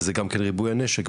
וזה גם כן ריבוי הנשק.